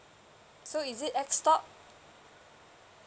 so is it X stock